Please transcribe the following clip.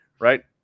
right